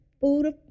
food